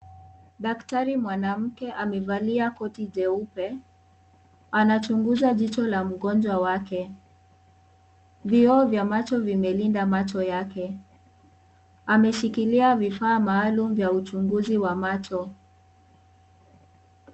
Daktari mwanamke amevalia koti jeupe anachunguza jicho la mgonjwa wake. Vioo vya macho vimelinda macho yake. Ameshkilia vifaa maalum vya uchunguzi wa macho.